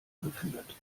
geführt